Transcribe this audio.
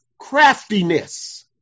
craftiness